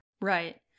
Right